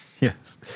yes